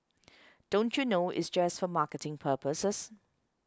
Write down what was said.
don't you know it's just for marketing purposes